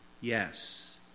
yes